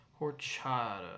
horchata